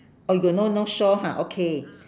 oh you no north shore ha okay